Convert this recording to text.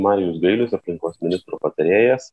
marijus gailius aplinkos ministro patarėjas